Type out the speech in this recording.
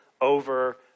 over